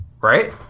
right